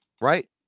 right